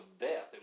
death